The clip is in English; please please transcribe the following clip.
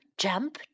jump